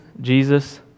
Jesus